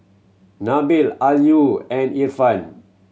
Nabil Ayu and Irfan